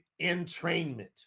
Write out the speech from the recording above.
entrainment